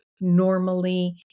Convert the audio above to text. normally